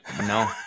No